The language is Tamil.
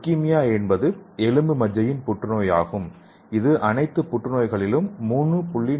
லுகேமியா என்பது எலும்பு மஜ்ஜையின் புற்றுநோயாகும் இது அனைத்து புற்றுநோய்களிலும் 3